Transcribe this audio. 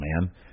man